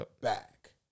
back